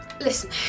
Listen